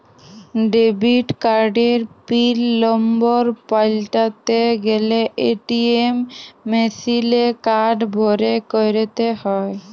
debit কার্ডের pin number পাল্টাতে গ্যালে এ.টি.এম মেশিলে কার্ড ভরে ক্যরতে হ্য়য়